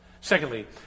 Secondly